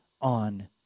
on